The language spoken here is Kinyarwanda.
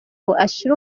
ashira